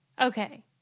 Okay